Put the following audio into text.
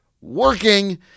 working